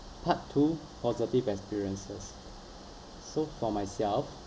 part two positive experiences so for myself